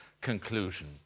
conclusion